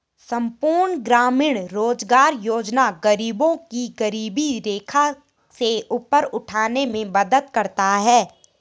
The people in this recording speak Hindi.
संपूर्ण ग्रामीण रोजगार योजना गरीबों को गरीबी रेखा से ऊपर उठाने में मदद करता है